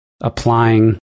applying